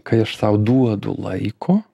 kai aš sau duodu laiko